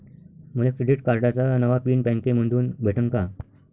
मले क्रेडिट कार्डाचा नवा पिन बँकेमंधून भेटन का?